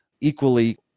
Equally